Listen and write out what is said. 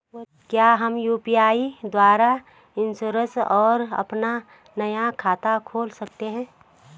क्या हम यु.पी.आई द्वारा इन्श्योरेंस और अपना नया खाता खोल सकते हैं?